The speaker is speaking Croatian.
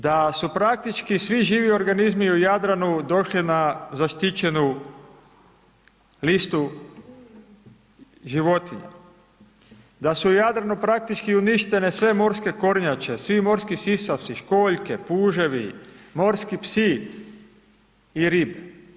Da su praktički svi živi organizmi u Jadranu došli na zaštićenu listu životinja, da su u Jadranu praktički uništene sve morske kornjače, svi morski sisavci, školjke, puževi, morski psi i ribe.